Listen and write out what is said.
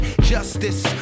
justice